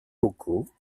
locaux